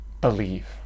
believe